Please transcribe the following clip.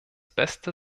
beste